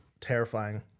terrifying